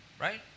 right